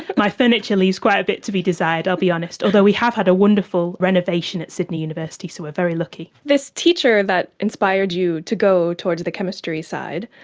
my furniture leaves quite a bit to be desired, i'll be honest, although we have had a wonderful renovation at sydney university, so we are very lucky. this teacher that inspired you to go towards the chemistry side,